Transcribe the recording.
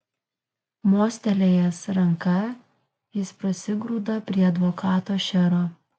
mostelėjęs ranka jis prasigrūda prie advokato šero